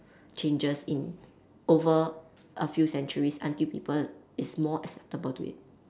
changes in over a few centuries until people is more acceptable to it